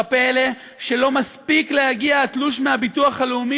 כלפי אלה שלא מספיק להגיע התלוש מהביטוח הלאומי